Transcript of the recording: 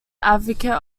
advocate